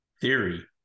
Theory